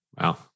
Wow